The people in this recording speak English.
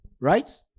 Right